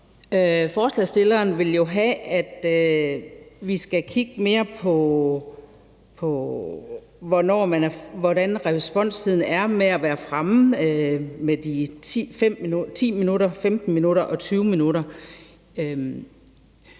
Forslagsstilleren vil have, at vi skal kigge mere på, hvordan responstiden er i forhold til at være fremme på de 10 minutter, 15 minutter og 20 minutter,